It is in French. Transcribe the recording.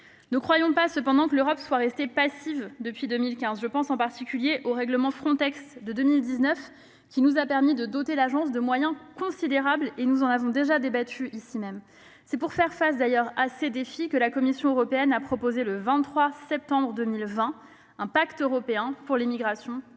Ne croyons pas, cependant, que l'Europe soit restée passive depuis 2015 : je pense, en particulier, au règlement Frontex de 2019, qui nous a permis de doter l'agence de moyens considérables. Nous en déjà débattu ici même. C'est d'ailleurs pour faire face à ces défis que la Commission européenne a proposé, le 23 septembre 2020, un pacte européen sur les migrations et l'asile.